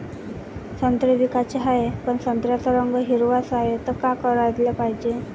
संत्रे विकाचे हाये, पन संत्र्याचा रंग हिरवाच हाये, त का कराच पायजे?